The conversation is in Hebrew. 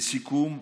לסיכום,